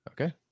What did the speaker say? okay